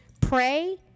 Pray